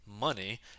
money